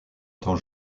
tant